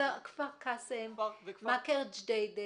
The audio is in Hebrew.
כפר קאסם, כאבול,